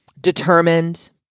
determined